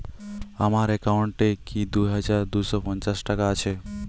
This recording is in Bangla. আমার অ্যাকাউন্ট এ কি দুই হাজার দুই শ পঞ্চাশ টাকা আছে?